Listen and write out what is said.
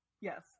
yes